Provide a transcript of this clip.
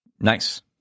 Nice